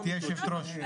יושבת הראש,